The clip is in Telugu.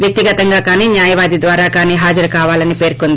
వ్యక్తిగతంగా కానీ న్యాయవాది ద్వారా కానీ హాజరు కావాలని పేర్కొంది